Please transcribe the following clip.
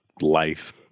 life